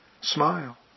smile